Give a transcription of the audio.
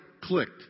clicked